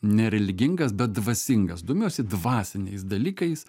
nereligingas bet dvasingas domiuosi dvasiniais dalykais